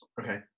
Okay